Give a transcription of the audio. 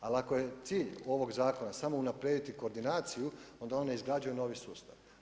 Ali, ako je cilj ovog zakona samo unaprijediti koordinaciju, onda one izgrađuju novi sustav.